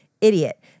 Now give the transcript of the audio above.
idiot